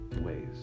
ways